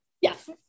yes